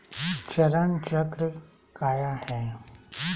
चरण चक्र काया है?